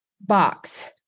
box